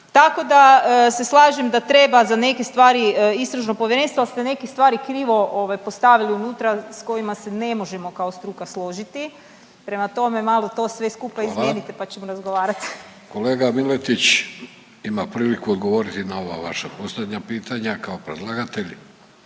Tako da se slažem da treba za neke stvari istražno povjerenstvo, ali ste neke stvari krivo postavili unutra s kojima se ne možemo kao struka složiti, prema tome, malo to sve skupa izmijenite … .../Upadica: Hvala./... pa ćemo razgovarati. **Vidović, Davorko (Socijaldemokrati)** Kolega Miletić ima priliku odgovoriti na ova vaša posljednja pitanja kao predlagatelj.